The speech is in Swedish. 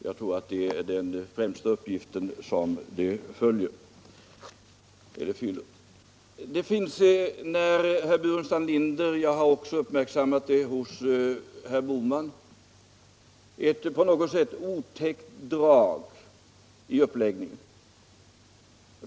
Jag tror att det är den främsta uppgiften som detta uppträdande fyller. Det finns när herr Burenstam Linder talar — jag har också uppmärksammat det hos herr Bohman — ett på något sätt otäckt drag i uppläggningen.